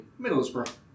Middlesbrough